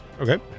Okay